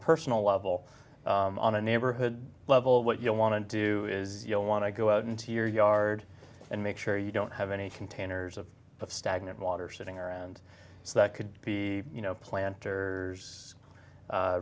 personal level on a neighborhood level what you want to do is you want to go out into your yard and make you don't have any containers of stagnant water sitting around that could be you know planters